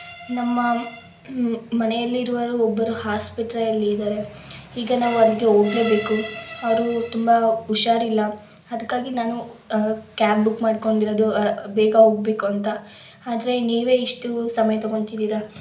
ನಮ್ಮ ಮನೆಯಲ್ಲಿರುವರು ಒಬ್ಬರು ಆಸ್ಪತ್ರೆಯಲ್ಲಿ ಇದ್ದಾರೆ ಈಗ ನಾವು ಅಲ್ಲಿಗೆ ಹೋಗ್ಲೇಬೇಕು ಅವರು ತುಂಬ ಹುಷಾರ್ ಇಲ್ಲ ಅದಕ್ಕಾಗಿ ನಾನು ಕ್ಯಾಬ್ ಬುಕ್ ಮಾಡಿಕೊಂಡಿರೋದು ಬೇಗ ಹೋಗ್ಬೇಕು ಅಂತ ಆದರೆ ನೀವೇ ಇಷ್ಟು ಸಮಯ ತಗೊತಿದಿರ